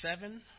seven